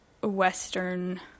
Western